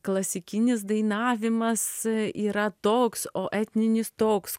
klasikinis dainavimas yra toks o etninis toks